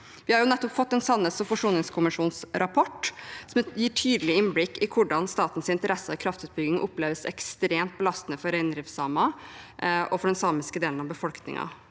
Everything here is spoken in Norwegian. Vi har nettopp fått sannhets- og forsoningskommisjonens rapport, som gir et tydelig innblikk i hvordan statens interesser innen kraftutbygging oppleves ekstremt belastende for reindriftssamer og for den samiske delen av befolkningen.